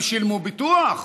הם שילמו ביטוח,